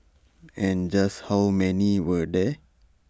and just how many were there